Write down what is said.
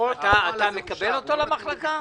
אתה מקבל אותו למחלקה?